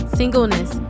singleness